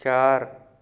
ਚਾਰ